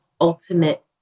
ultimate